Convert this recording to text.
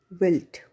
wilt